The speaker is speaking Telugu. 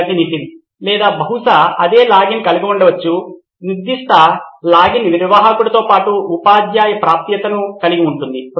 విద్యార్థి నితిన్ లేదా బహుశా అదే లాగిన్ కలిగి ఉండవచ్చు నిర్దిష్ట లాగిన్ నిర్వాహకుడితో పాటు ఉపాధ్యాయ ప్రాప్యతను కలిగి ఉంటుంది